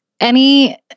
any-